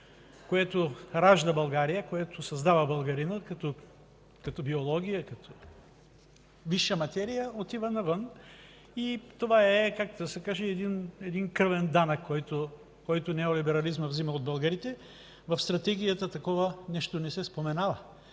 което ражда България, което създава българинът като биология, като висша материя, отива навън. Така да се каже, това е един кръвен данък, който неолиберализмът взема от българите. В Стратегията такова нещо не се споменава,